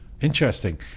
Interesting